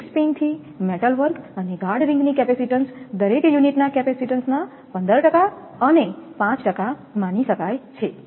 links પિનથી metal work અને guard રિંગની કેપેસિટીન્સ દરેક યુનિટના કેપેસિટેન્સના 15 અને 5 માની શકાય છે